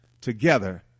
together